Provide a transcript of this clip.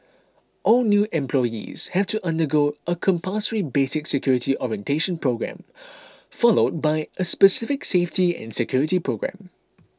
all new employees have to undergo a compulsory basic security orientation programme followed by a specific safety and security programme